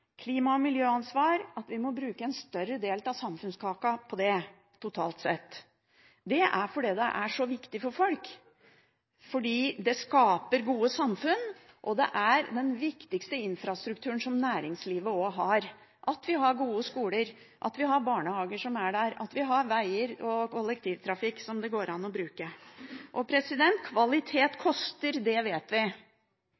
klima- og miljøansvar, må bruke en større del av samfunnskaka – totalt sett. Det er fordi det er så viktig for folk, fordi det skaper gode samfunn. Det er òg den viktigste infrastrukturen næringslivet har, at vi har gode skoler, at vi har barnehager, at vi har veger og kollektivtrafikk som det går an å bruke.